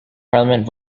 parliament